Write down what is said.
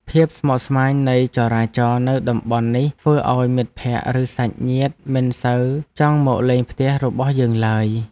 ភាពស្មុគស្មាញនៃចរាចរណ៍នៅតំបន់នេះធ្វើឱ្យមិត្តភក្តិ ឬសាច់ញាតិមិនសូវចង់មកលេងផ្ទះរបស់យើងឡើយ។